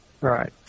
Right